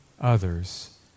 others